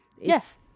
Yes